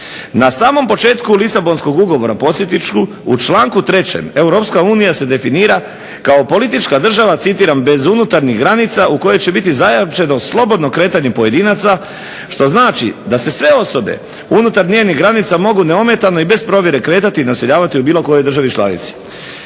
Na samom početku Lisabonskog ugovora podsjetit ću u članku 3. Europska unija se definira kao politička država, citiram: bez unutarnjih granica u kojoj će biti zajamčeno slobodno kretanje pojedinaca što znači da se sve osobe unutar njenih granica mogu neometano i bez provjere kretati i naseljavati u bilo kojoj državi članici.